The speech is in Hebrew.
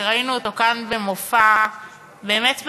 שראינו אותו כאן במופע באמת מאלף,